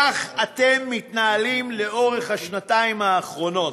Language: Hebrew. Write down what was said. כך אתם מתנהלים לאורך השנתיים האחרונות,